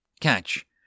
catch